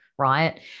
Right